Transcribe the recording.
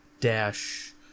dash